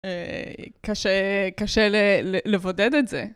קשה, קשה לבודד את זה.